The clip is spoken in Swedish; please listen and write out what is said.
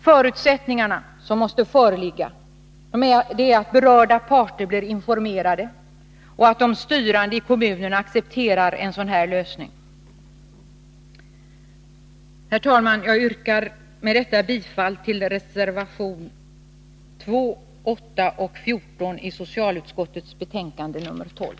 Förutsättningarna, som måste föreligga, är att berörda parter blir informerade och att de styrande i kommunerna accepterar en sådan här lösning. Herr talman! Jag yrkar med detta bifall till reservationerna 2, 8 och 14 till socialutskottets betänkande nr 12.